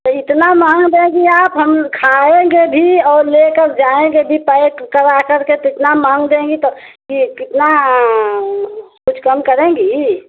तो इतना महंगा देंगी आप हम खाएंगे भी और लेकर जायेंगे भी पैक करा कर के इतना माल देंगी तो एक कितना कुछ कम करेंगी